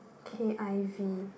K_I_V